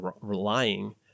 relying